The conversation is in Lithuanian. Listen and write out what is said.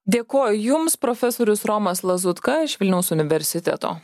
dėkoju jums profesorius romas lazutka iš vilniaus universiteto